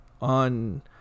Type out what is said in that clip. on